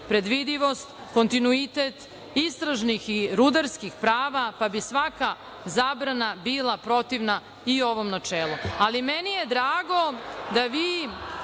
predvidivost, kontinuitet istražnih i rudarskih prava, pa bi svaka zabrana bila protivna i ovom načelu. Meni je drago da dobar